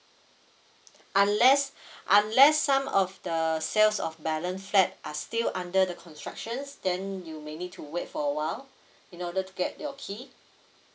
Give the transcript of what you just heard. unless unless some of the sales of balance flat are still under the constructions then you may need to wait for awhile in order to get your key